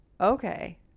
okay